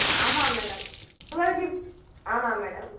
ஆமாம் மேடம் உங்களுக்கு ஆமாம் மேடம்